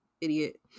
idiot